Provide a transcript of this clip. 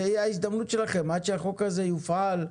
זה יהיה ההזדמנות שלכם עד שהחוק הזה יופעל,